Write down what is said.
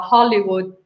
Hollywood